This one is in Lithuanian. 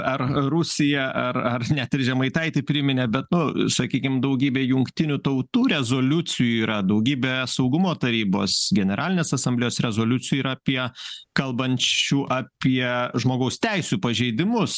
ar rusija ar ar net ir žemaitaitį priminė be nu sakykim daugybė jungtinių tautų rezoliucijų yra daugybę saugumo tarybos generalinės asamblėjos rezoliucijų yra apie kalbančių apie žmogaus teisių pažeidimus